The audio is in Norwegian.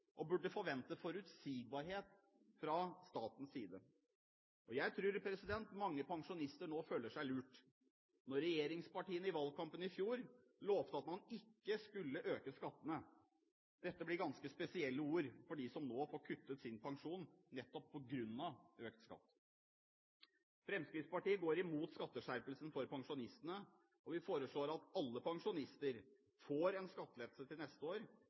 og burde forvente forutsigbarhet fra statens side. Og jeg tror mange pensjonister nå føler seg lurt når regjeringspartiene i valgkampen i fjor lovte at man ikke skulle øke skattene. Dette blir ganske spesielle ord for dem som nå får kuttet sin pensjon nettopp på grunn av økt skatt. Fremskrittspartiet går imot skatteskjerpelsen for pensjonistene, og vi foreslår at alle pensjonister får en skattelette til neste år